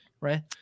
right